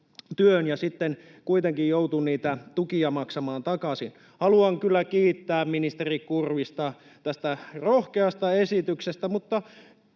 ja sitten kuitenkin joutui niitä tukia maksamaan takaisin. Haluan kyllä kiittää ministeri Kurvista tästä rohkeasta esityksestä, mutta